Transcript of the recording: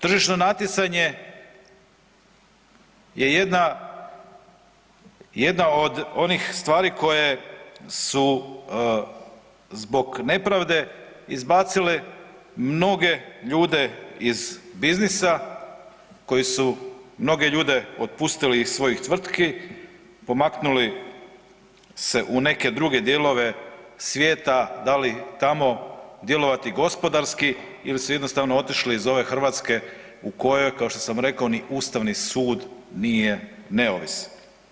Tržišno natjecanje je jedna od onih stvari koja je, su zbog nepravde izbacile mnoge ljude iz biznisa koji su mnoge ljude otpustili iz svojih tvrtki, pomaknuli se u neke druge dijelove svijeta, dali tamo djelovati gospodarski ili su jednostavno otišli iz ove Hrvatske u kojoj kao što sam rekao ni Ustavni sud nije neovisan.